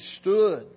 stood